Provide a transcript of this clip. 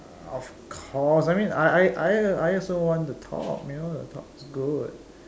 of course I mean I I also want the top you know the top is good